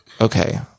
okay